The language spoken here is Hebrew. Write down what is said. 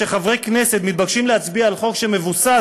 שחברי הכנסת מתבקשים להצביע על חוק שמבוסס